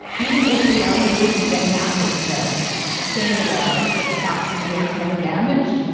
even if we are able to get nafta to the standard ah of it stops some of the ongoing damage,